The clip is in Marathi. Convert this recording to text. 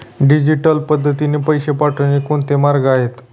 डिजिटल पद्धतीने पैसे पाठवण्याचे कोणते मार्ग आहेत?